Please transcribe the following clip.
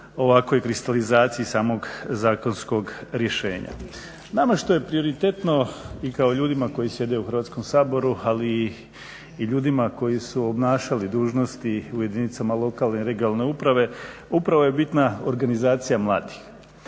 ovakvoj kristalizaciji samog zakonskog rješenja. Nama što je prioritetno i kao ljudima koji sjede u Hrvatskom saboru, ali i ljudima koji su obnašali dužnosti u jedinicama lokalne i regionalne uprave upravo je bitna organizacija mladih.